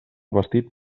vestit